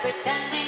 Pretending